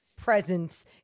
presence